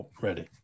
ready